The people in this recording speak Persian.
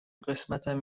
قسمتم